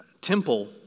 temple